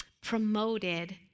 promoted